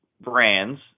brands